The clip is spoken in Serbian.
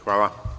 Hvala.